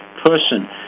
person